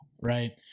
right